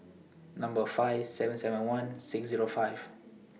five seven seven one six Zero five